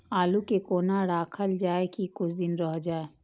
आलू के कोना राखल जाय की कुछ दिन रह जाय?